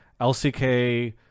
LCK